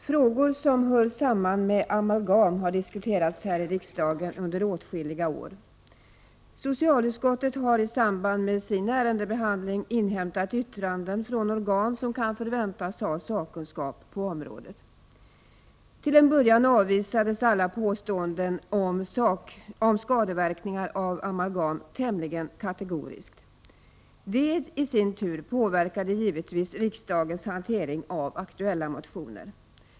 Fru talman! Frågor som hör samman med amalgam har diskuterats här i riksdagen under åtskilliga år. Socialutskottet har i samband med sin ärendebehandling inhämtat yttranden från organ som kan förväntas ha sakkunskap på området. Till en början avvisades alla påståenden om skadeverkningar av amalgam tämligen kategoriskt. Det i sin tur påverkade givetvis riksdagens hantering av aktuella motioner.